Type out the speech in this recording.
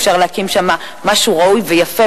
אפשר להקים שם משהו ראוי ויפה,